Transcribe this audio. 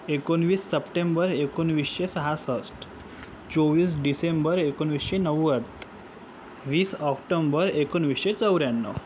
एकोणवीस सप्टेंबर एकोणवीसशे सहासष्ट चोवीस डिसेंबर एकोणवीसशे नव्वद वीस ऑक्टोम्बर एकोणवीसशे चौऱ्याण्णव